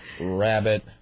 Rabbit